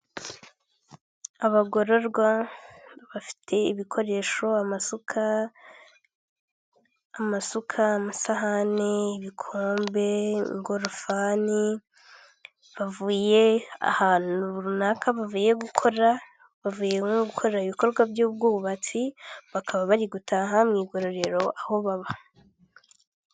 Abagororwa bafite ibikoresho amasuka, amasuka amasahani, ibikombe, ingorofani, bavuye ahantu runaka bavuye gukora, bavuye nko gukora ibikorwa by'ubwubatsi bakaba bari gutaha mu igororero aho baba.